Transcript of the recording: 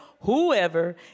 whoever